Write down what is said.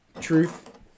Truth